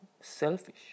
selfish